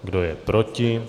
Kdo je proti?